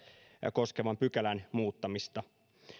koskevan pykälän muuttamista